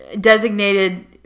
designated